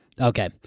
Okay